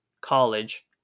college